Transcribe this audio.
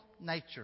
nature